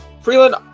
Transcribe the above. Freeland